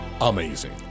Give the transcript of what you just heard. amazing